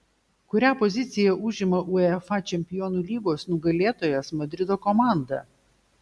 kurią poziciją užima uefa čempionų lygos nugalėtojas madrido komanda